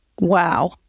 Wow